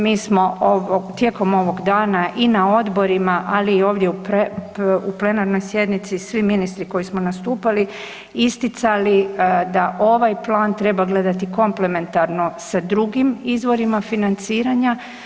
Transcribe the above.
Mi smo tijekom ovoga dana i na odborima, ali i ovdje u plenarnoj sjednici svi ministri koji smo nastupali isticali da ovaj plan treba gledati komplementarno sa drugim izvorima financiranja.